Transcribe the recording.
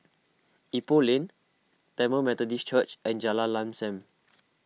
Ipoh Lane Tamil Methodist Church and Jalan Lam Sam